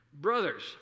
Brothers